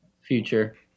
Future